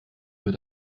wird